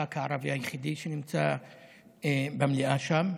הח"כ הערבי היחיד שנמצא במליאה שם,